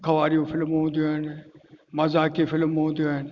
दुख वारी फिल्मूं हूंदियूं आहिनि मज़ाकी फिल्मूं हूंदियूं आहिनि